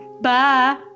Bye